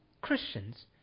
Christians